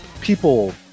people